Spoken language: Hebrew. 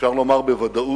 אפשר לומר בוודאות